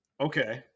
Okay